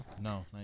No